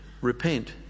repent